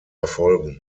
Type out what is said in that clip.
erfolgen